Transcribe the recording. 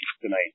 tonight